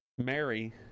Mary